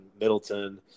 Middleton